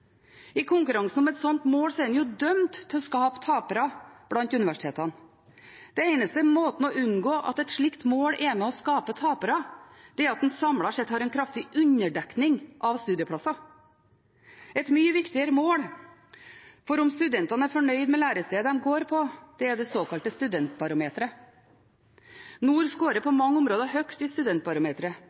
I konkurransen om et sånt mål er en dømt til å skape tapere blant universitetene. Den eneste måten å unngå at et slikt mål er med på å skape tapere på, er at en samlet sett har en kraftig underdekning av studieplasser. Et mye viktigere mål for om studentene er fornøyd med lærestedet de går på, er det såkalte studentbarometeret. Nord skårer på mange områder høyt i